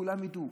כולם ידעו.